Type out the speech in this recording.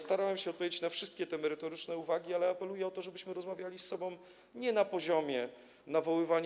Starałem się odpowiedzieć na wszystkie merytoryczne uwagi, ale apeluję o to, żebyśmy rozmawiali ze sobą nie na poziomie nawoływania.